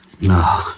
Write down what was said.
No